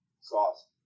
sauce